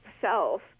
self